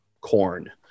corn